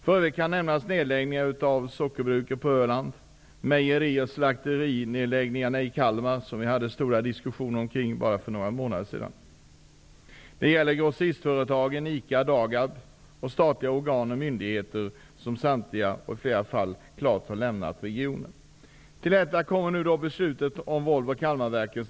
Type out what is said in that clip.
För övrigt kan nämnas nedläggningar av sockerbruk på Öland och nedläggningar av mejerier och slakterier i Kalmar -- som det fördes diskussioner om bara för några månader sedan. Vidare har vi grossistföretagen ICA och Dagab, statliga organ och myndigheter som i flera fall har lämnat regionen. Till detta kommer beslutet om nedläggning av Volvo Kalmarverken.